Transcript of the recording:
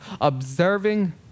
observing